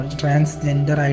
transgender